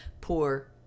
poor